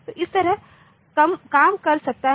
तो इस तरह काम कर सकता है